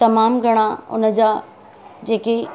तमामु घणा हुनजा जेके